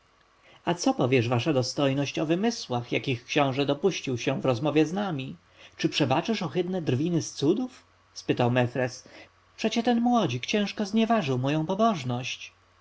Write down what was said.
co powiesz wasza dostojność o wymysłach jakich książę dopuścił się w rozmowie z nami czy przebaczysz ohydne drwiny z cudów spytał mefres przecie ten młodzik ciężko znieważył moją pobożność